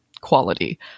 quality